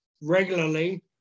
regularly